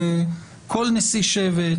שכל נשיא שבט,